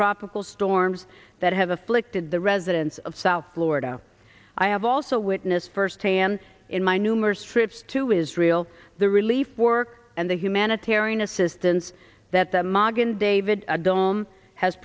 tropical storms that have afflicted the residents of south florida i have also witnessed firsthand in my numerous trips to israel the relief work and the humanitarian assistance that the mog and david dome has